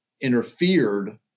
interfered